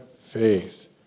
faith